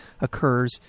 occurs